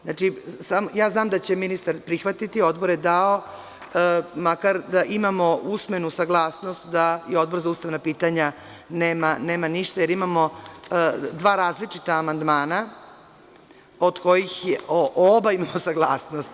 Znam da će ministar prihvatiti, Odbor je dao, makar da imamo usmenu saglasnost da i Odbor za ustavna pitanja nema ništa, jer imamo dva različita amandmana, od kojih oba imamo saglasnost.